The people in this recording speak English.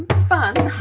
but fun.